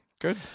Good